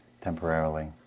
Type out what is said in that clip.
temporarily